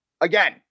Again